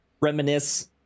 reminisce